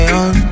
on